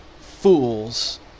fools